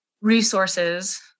resources